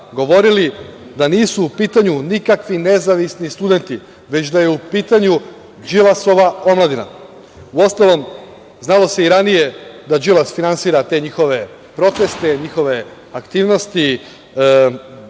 govorili da nisu u pitanju nikakvi nezavisni studenti, već da je u pitanju Đilasova omladina. Uostalom, znalo se i ranije da Đilas finansira te njihove proteste, njihove aktivnosti,